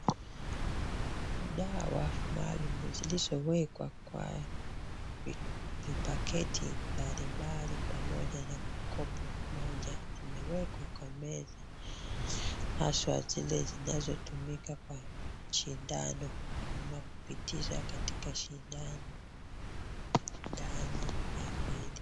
Dawa maalum zilizowekwa kwa vipaketi mbalimbali pamoja na kwa kopo moja zimewekwa kwa meza haswa zile zinazotumika kwa sindano ama kupitisha katika sindano ndani ya mwili.